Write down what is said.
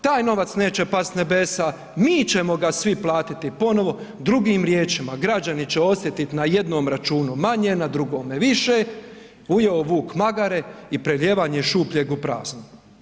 Taj novac neće pasti s nebesa, mi ćemo ga svi platiti ponovo, drugim riječima građani će osjetiti na jednom računu manje, na drugome više, ujeo vuk magare i prelijevanje šupljeg u prazno.